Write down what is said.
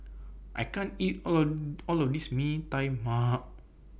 I can't eat All of All of This Mee Tai Mak